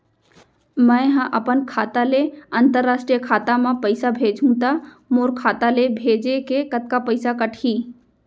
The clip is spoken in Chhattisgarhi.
मै ह अपन खाता ले, अंतरराष्ट्रीय खाता मा पइसा भेजहु त मोर खाता ले, भेजे के कतका पइसा कटही?